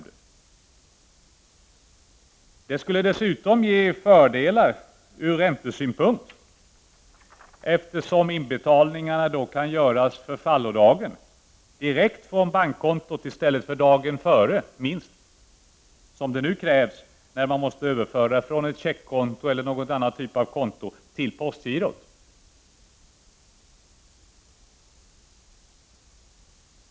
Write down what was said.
Detta kan dessutom ge dem fördelar ur räntesynpunkt, eftersom inbetalningarna då kan göras på förfallodagen direkt från bankkonto i stället för minst dagen före, vilket nu krävs när man måste överföra från ett checkkonto eller någon annan typ av konto till postgirot.